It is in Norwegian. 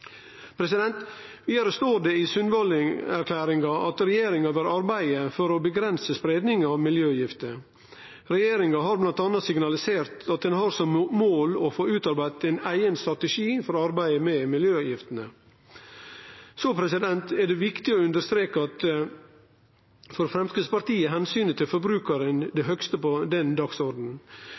Vidare står det i Sundvolden-erklæringa at regjeringa vil arbeide for å «begrense spredning av miljøgifter». Regjeringa har bl.a. signalisert at ho har som mål å få utarbeidd ein eigen strategi for arbeidet med miljøgiftene. Så er det viktig å understreke at for Framstegspartiet er omsynet til forbrukarane høgast på